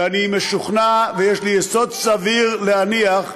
ואני משוכנע, ויש לי יסוד סביר להניח,